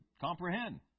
comprehend